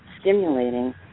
stimulating